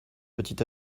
petit